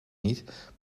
niet